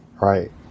Right